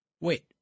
Wait